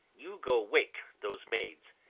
you go wake those maids.